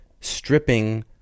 stripping